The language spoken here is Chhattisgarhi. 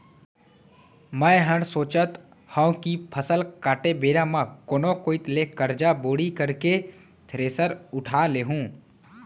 मैं हर सोचत हँव कि फसल काटे बेरा म कोनो कोइत ले करजा बोड़ी करके थेरेसर उठा लेहूँ